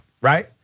right